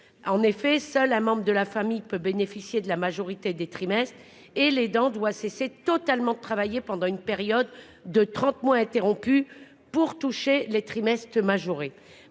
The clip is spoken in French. En effet, seul un membre de la famille peut bénéficier de la majorité des trimestres et l'aidant doit cesser totalement de travailler pendant une période de trente mois, éventuellement interrompus, pour toucher les trimestres majorés.